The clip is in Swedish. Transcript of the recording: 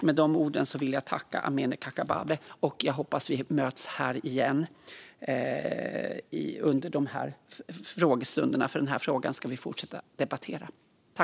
Jag vill tacka Amineh Kakabaveh och hoppas att vi möts igen i interpellationsdebatter, för den här frågan ska vi fortsätta debattera.